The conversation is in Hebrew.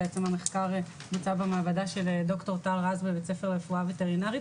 המחקר נמצא במעבדה של ד"ר טל רז בבית הספר לרפואה וטרינרית